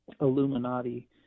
Illuminati